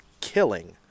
killing